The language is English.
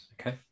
Okay